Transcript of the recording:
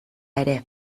ere